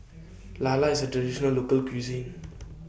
Lala IS A Traditional Local Cuisine